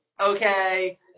Okay